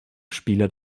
spieler